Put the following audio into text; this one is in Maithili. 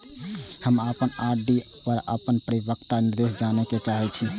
हम अपन आर.डी पर अपन परिपक्वता निर्देश जाने के चाहि छी